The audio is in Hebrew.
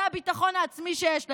זה הביטחון העצמי שיש לך.